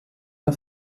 der